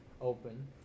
open